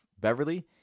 beverly